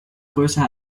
größer